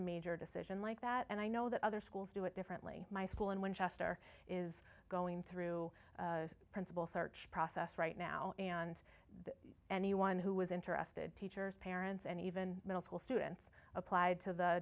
a major decision like that and i know that other schools do it differently my school in winchester is going through a principal search process right now and anyone who was interested teachers parents and even middle school students applied to the